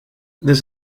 this